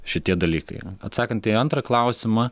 šitie dalykai atsakant į antrą klausimą